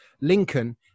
Lincoln